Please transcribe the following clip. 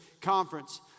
conference